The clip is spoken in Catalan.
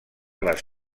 les